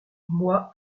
moi